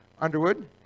Underwood